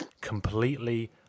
completely